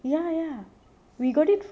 ya ya we got it for